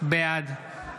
בעד